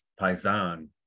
paisan